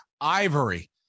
Ivory